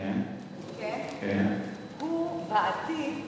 הוא בעתיד,